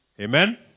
Amen